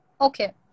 Okay